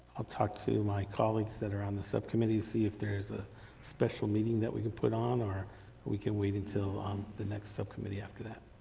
i'll talk to my colleagues that are on the subcommittee, see if there's a special meeting that we could put on or we can wait until um the next subcommittee after that.